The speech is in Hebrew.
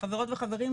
חברות וחברים,